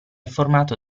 formato